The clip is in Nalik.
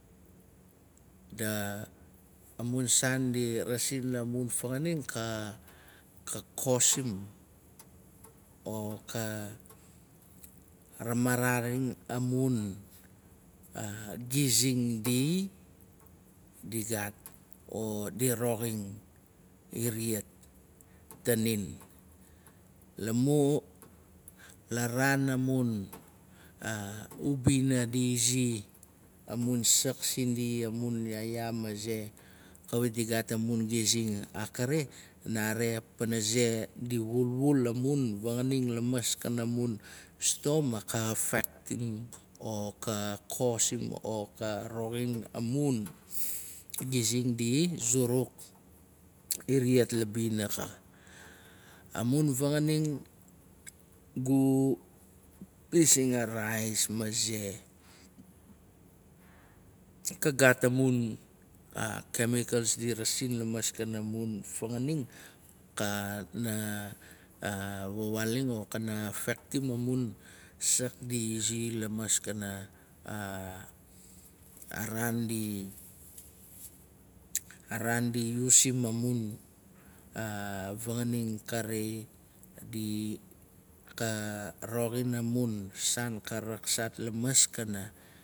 Amun saan di rasis la mun fanganing. ka kosim o ka ramararing mun gizing di gaat odi roxing iriat tanin. La raan a ubina di izi amun sak sindi, amun yaayaa maze kawait di gat amun gizing a kare. nare pane ze di wulwul amun fanganingla sto. ma ka affektimo ka kosim o ka roxin amun gizing di zuruk inat la bina. A mun vanganing. masing a rais ma ze. ka gat amun kemikals di rasin lamaskanamun fanganing kari. ka roxin amun saan ka raksat lamaskana.